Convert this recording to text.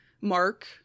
Mark